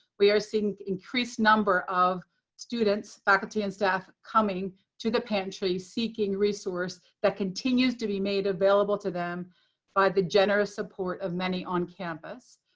we are seeing increased number of students, faculty, and staff coming to the pantry, seeking resource that continues to be made available to them by the generous support of many on campus.